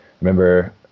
remember